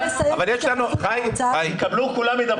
כולם ידברו.